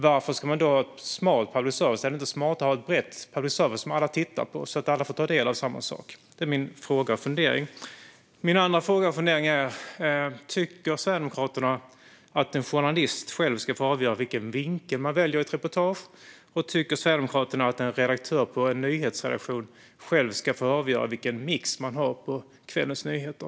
Varför ska man då ha en smal public service? Är det inte smartare att ha en bred public service som alla tittar på, så att alla får ta del av samma sak? Det är min första fråga och fundering. Min andra fråga och fundering är: Tycker Sverigedemokraterna att en journalist själv ska få avgöra vilken vinkel man väljer i ett reportage, och tycker Sverigedemokraterna att en redaktör på en nyhetsredaktion själv ska få avgöra vilken mix man har på kvällens nyheter?